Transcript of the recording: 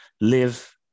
live